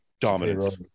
Dominance